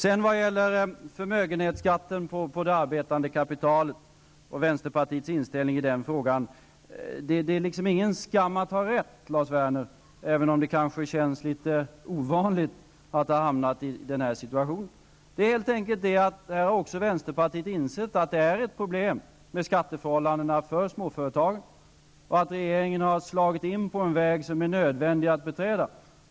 Sedan har vi frågan om förmögenhetsskatten på det arbetande kapitalet och vänsterpartiets inställning i den frågan. Det är ingen skam i att ha rätt, även om det känns litet ovanligt att ha hamnat i den situationen. Vänsterpartiet har också insett att det är ett problem med skatteförhållandena för småföretagen och att regeringen har slagit in på en väg som är nödvändig att beträda.